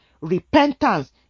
repentance